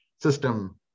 system